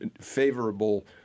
favorable